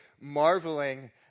marveling